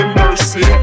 mercy